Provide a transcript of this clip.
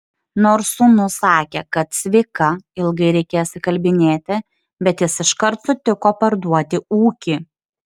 nors sūnus sakė kad cviką ilgai reikės įkalbinėti bet jis iškart sutiko parduoti ūkį